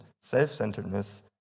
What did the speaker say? self-centeredness